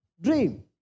dream